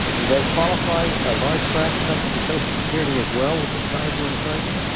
they qualify, a large fraction of them, for social security as well, which is tied to inflation.